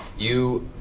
you